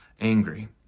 angry